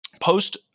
Post